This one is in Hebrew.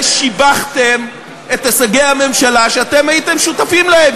ושיבחתם את הישגי הממשלה שאתם הייתם שותפים להם,